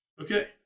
Okay